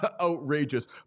outrageous